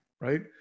right